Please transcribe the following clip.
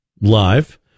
live